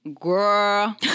girl